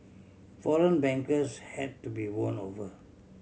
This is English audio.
foreign bankers had to be won over